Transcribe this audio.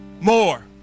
more